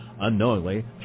Unknowingly